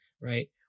right